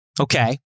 Okay